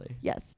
yes